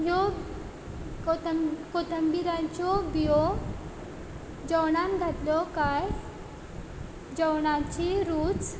ह्यो कोथंबिरांच्यो बियो जेवणांत घातल्यो काय जेवणाची रूच